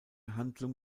handlung